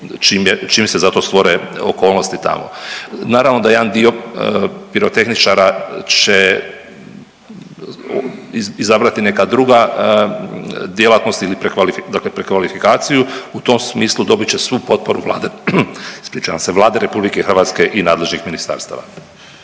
čim se za to stvore okolnosti tamo. Naravno da jedan dio pirotehničara će, izabrati neka druga djelatnost ili .../nerazumljivo/... dakle prekvalifikaciju, u tom smislu dobit će svu potporu Vlade, ispričavam se, Vlade RH i nadležnih ministarstava.